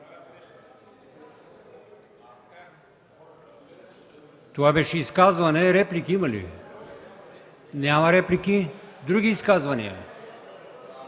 Това беше изказване. Реплики има ли? Няма реплики. Други изказвания?